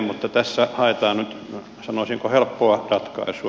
mutta tässä haetaan nyt sanoisinko helppoa ratkaisua